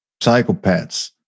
psychopaths